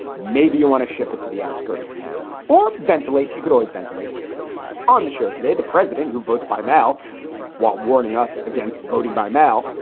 maybe you want to ship it to the outskirts of town or ventilate. you could always ventilate on the show. today, the president, who votes by mail while warning us against voting by mail,